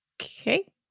Okay